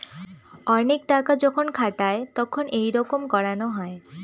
অনেক টাকা যখন খাতায় তখন এইরকম করানো হয়